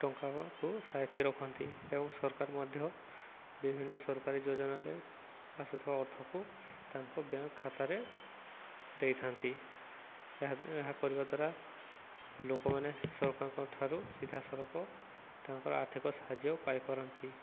ଟଙ୍କାକୁ ସାାଇତି ରଖନ୍ତି ଏବଂ ସରକାର ମଧ୍ୟ ବିଭିନ୍ନ ସରକାରୀ ଯୋଜନାରେ ଆସୁଥିବା ଅର୍ଥକୁ ତାଙ୍କ ବ୍ୟାଙ୍କ ଖାତାରେ ଦେଇଥାନ୍ତି ଏହା ଏହା କରିବା ଦ୍ୱାରା ଲୋକମାନେ ସରକାରଙ୍କ ଠାରୁ ସିଧାସଳଖ ତାଙ୍କର ଆର୍ଥିକ ସାହାଯ୍ୟ ପାଇପାରନ୍ତି